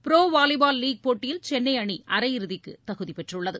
pro volleyball league போட்டியில் சென்னை அணி அரையிறுதிக்கு தகுதி பெற்றுள்ளது